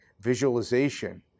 visualization